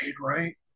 right